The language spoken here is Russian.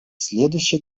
следующий